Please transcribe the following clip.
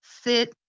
Sit